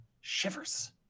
shivers